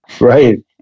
Right